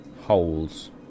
holes